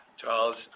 Charles